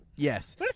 Yes